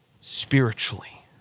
spiritually